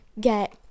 get